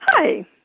Hi